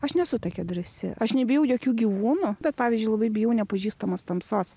aš nesu tokia drąsi aš nebijau jokių gyvūnų bet pavyzdžiui labai bijau nepažįstamos tamsos